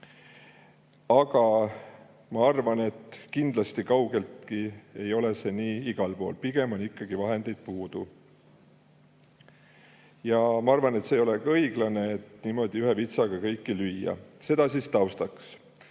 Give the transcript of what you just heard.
aga ma arvan, et kindlasti kaugeltki ei ole see nii igal pool. Pigem on ikkagi vahendeid puudu. Ja ma arvan, et ei ole õiglane niimoodi kõiki ühe vitsaga lüüa. Seda siis taustaks.